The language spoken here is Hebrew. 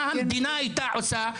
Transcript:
מה המדינה הייתה עושה?